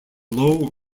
low